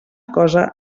cosa